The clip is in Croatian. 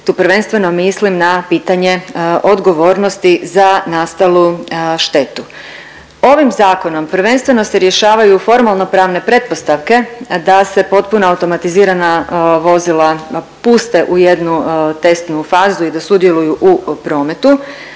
Tu prvenstveno mislim na pitanje odgovornosti za nastalu štetu. Ovim zakonom prvenstveno se rješavaju formalnopravne pretpostavke da se potpuno automatizirana vozila puste u jednu testnu fazu i da sudjeluju u prometu,